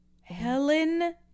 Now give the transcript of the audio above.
Helen